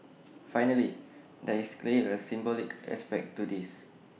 finally there is clearly A symbolic aspect to this